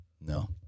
No